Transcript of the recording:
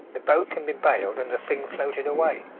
the boat can be baled and the thing floated away.